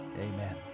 amen